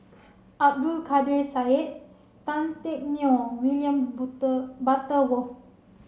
Abdul Kadir Syed Tan Teck Neo William Butterworth